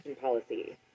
Policy